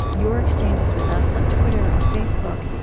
your exchanges with us on twitter and facebook,